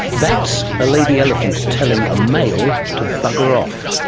that's a lady elephant telling a male to bugger off.